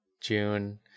June